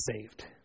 saved